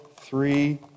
three